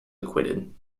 acquitted